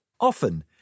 Often